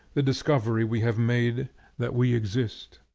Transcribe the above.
the discovery we have made that we exist.